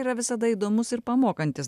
yra visada įdomus ir pamokantis